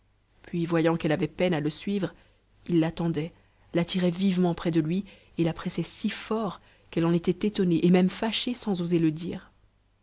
puis voyant qu'elle avait peine à le suivre il l'attendait l'attirait vivement près de lui et la pressait si fort qu'elle en était étonnée et même fâchée sans oser le dire